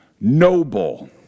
noble